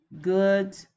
good